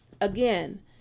Again